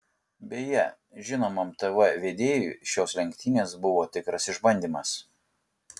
beje žinomam tv vedėjui šios lenktynės buvo tikras išbandymas